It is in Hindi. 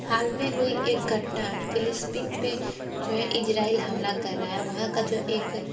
हाल में हुई एक घटना फिलिस्पीन पे जो है इजराइल हमला कर रहा है वहाँ का जो एक